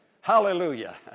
hallelujah